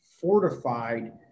fortified